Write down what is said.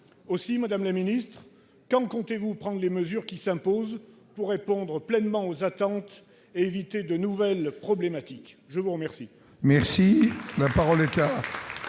Aussi, madame la ministre, quand comptez-vous prendre les mesures qui s'imposent pour répondre pleinement aux attentes et pour éviter de nouveaux problèmes ? La parole